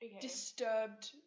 disturbed